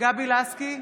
גבי לסקי,